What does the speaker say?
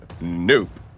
Nope